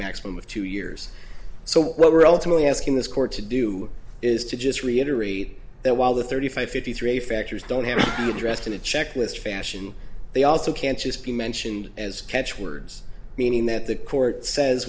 maximum of two years so what we're ultimately asking this court to do is to just reiterate that while the thirty five fifty three factors don't have to be addressed in a checklist fashion they also can't just be mentioned as catch words meaning that the court says